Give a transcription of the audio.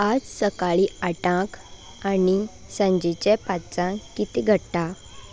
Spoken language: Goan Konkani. आज सकाळीं आठांक आनी सांजेचें पाचांक कितें घडटा